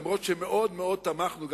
למרות שמאוד מאוד תמכנו,